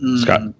Scott